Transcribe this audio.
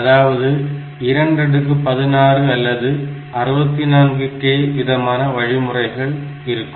அதாவது 216 அல்லது 64k விதமான வழிமுறைகள் இருக்கும்